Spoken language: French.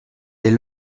est